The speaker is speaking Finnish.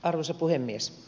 arvoisa puhemies